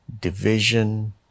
division